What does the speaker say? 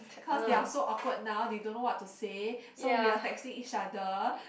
cause they are so awkward now they don't know what to say so we are texting each other